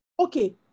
Okay